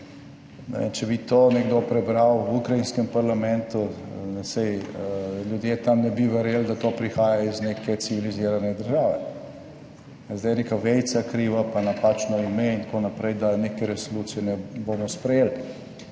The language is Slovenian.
če bi to nekdo prebral v ukrajinskem parlamentu, saj ljudje tam ne bi verjeli, da to prihaja iz neke civilizirane države. Zdaj je reka vejica kriva, pa napačno ime in tako naprej, da neke resolucije ne bomo sprejeli.